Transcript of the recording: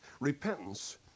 Repentance